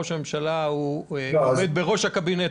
ראש הממשלה עומד בראש הקבינט,